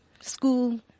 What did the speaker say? school